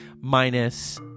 minus